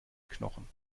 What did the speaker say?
knochen